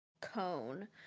cone